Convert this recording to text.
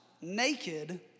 naked